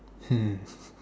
mm